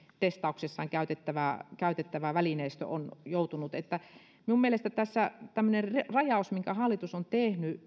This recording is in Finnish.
testauksessaan käytettävä käytettävä välineistö on joutunut minun mielestäni tämmöinen rajaus minkä hallitus on tässä tehnyt